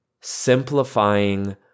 simplifying